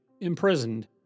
imprisoned